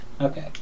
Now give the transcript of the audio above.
Okay